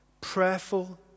Prayerful